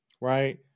right